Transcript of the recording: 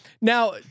Now